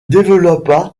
développa